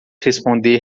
responder